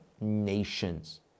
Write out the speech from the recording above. nations